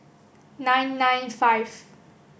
nine nine five